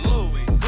Louis